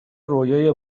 رویای